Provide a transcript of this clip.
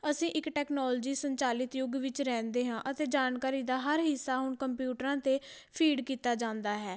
ਅਸੀਂ ਇੱਕ ਟੈਕਨੋਲੋਜੀ ਸੰਚਾਲਿਤ ਯੁੱਗ ਵਿੱਚ ਰਹਿੰਦੇ ਹਾਂ ਅਤੇ ਜਾਣਕਾਰੀ ਦਾ ਹਰ ਹਿੱਸਾ ਹੁਣ ਕੰਪਿਊਟਰਾਂ 'ਤੇ ਫੀਡ ਕੀਤਾ ਜਾਂਦਾ ਹੈ